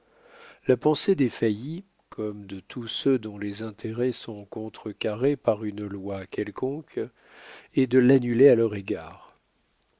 la pensée des faillis comme de tous ceux dont les intérêts sont contre carrés par une loi quelconque est de l'annuler à leur égard